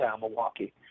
Milwaukee